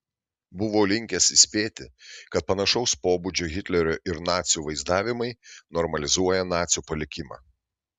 buvo linkęs įspėti kad panašaus pobūdžio hitlerio ir nacių vaizdavimai normalizuoja nacių palikimą